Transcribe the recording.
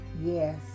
Yes